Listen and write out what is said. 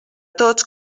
tots